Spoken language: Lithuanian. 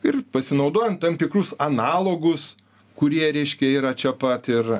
ir pasinaudojant tam tikrus analogus kurie reiškia yra čia pat ir